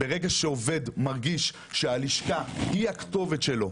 ברגע שעובד מרגיש שהלשכה היא הכותבת שלו,